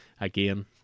again